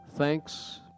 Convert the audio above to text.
Thanks